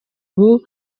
ubu